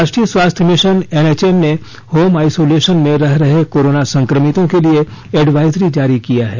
राष्ट्रीय स्वास्थ्य mission NHM ने होम आईसोलेशन में रह रहे कोरोना संक्रमितों के लिए एडवाइजरी जारी किया है